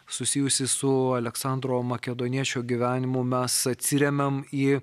susijusį su aleksandro makedoniečio gyvenimu mes atsiremiam į